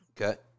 okay